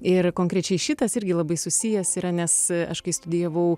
ir konkrečiai šitas irgi labai susijęs yra nes aš kai studijavau